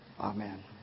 Amen